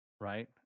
right